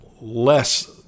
less